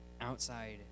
outside